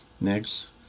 Next